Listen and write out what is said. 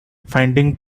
finding